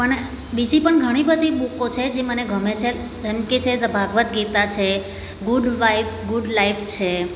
પણ બીજી પણ ઘણી બધી બૂકો છે જે મને ગમે છે જેમકે છે ધ ભાગવદ્ ગીતા છે ગુડ વાઈફ ગુડ લાઈફ છે